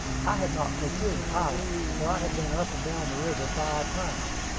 i had not procured a pilot, for i had been up and down the river five times,